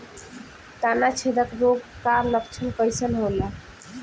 तना छेदक रोग का लक्षण कइसन होला?